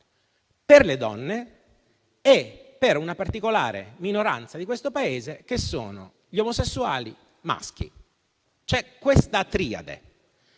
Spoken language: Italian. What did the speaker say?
per le donne e per una particolare minoranza di questo Paese, che sono gli omosessuali maschi. È negativo